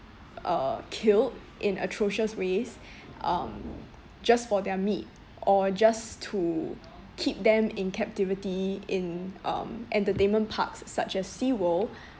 uh killed in atrocious ways um just for their meat or just to keep them in captivity in um entertainment parks such as sea world